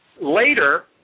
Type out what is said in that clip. Later